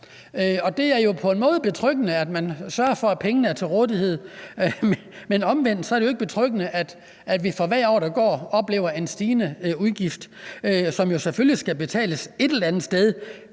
Og det er på en måde betryggende, at man sørger for, at pengene er til rådighed, men omvendt er det jo ikke betryggende, at vi, for hvert år der går, oplever en stigende udgift, som jo selvfølgelig skal betales et eller andet sted